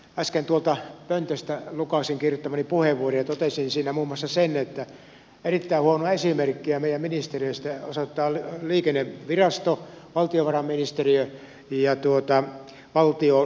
äsken tuolta pöntöstä lukaisin kirjoittamani puheenvuoron ja totesin siinä muun muassa sen että erittäin huonoa esimerkkiä meidän ministeriöistämme osoittaa liikennevirasto valtiovarainministeriö ja valtioneuvoston kanslia